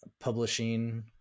publishing